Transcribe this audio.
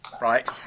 right